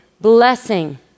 blessing